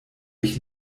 ich